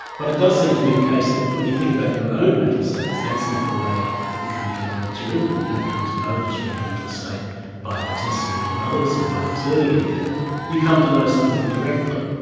but it does seem to be the case that when you think about your own mental states, that's not the way that you come to know that you're in them. you don't come to know that you're in a mental state by the testimony of others or by observing anything you come to know something directly.